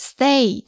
Stay